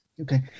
Okay